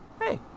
hey